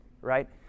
right